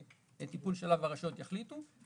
טיפול שעליו הרשויות יחליטו.